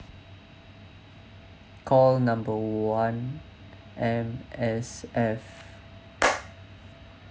call number one M_S_F